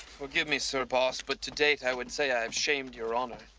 forgive me, sir boss, but to date, i would say i have shamed your honor.